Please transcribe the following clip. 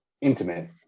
intimate